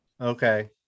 Okay